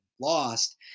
lost